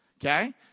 Okay